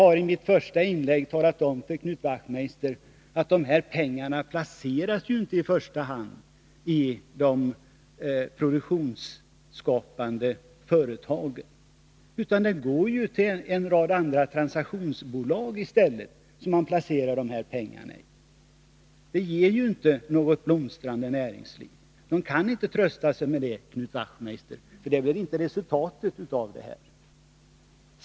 I mitt första inlägg talade jag om för Knut Wachtmeister att dessa pengar inte placeras i första hand i de produktionsskapande företagen utan i stället går till en rad transaktionsbolag. Det ger inte något blomstrande näringsliv, som arbetarna kan trösta sig med, för så blir inte resultatet.